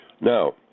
Now